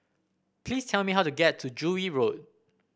please tell me how to get to Joo Yee Road